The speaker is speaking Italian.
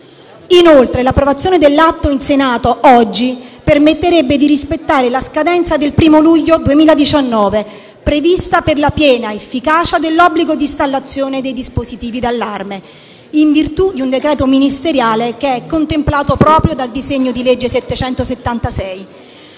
Inoltre, l'approvazione oggi del provvedimento in Senato permetterebbe di rispettare la scadenza del 1° luglio 2019 prevista per la piena efficacia dell'obbligo di installazione dei dispositivi di allarme, in virtù del decreto ministeriale contemplato proprio dal disegno di legge n.